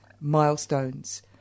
milestones